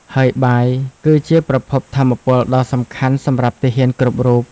ហើយបាយគឺជាប្រភពថាមពលដ៏សំខាន់សម្រាប់ទាហានគ្រប់រូប។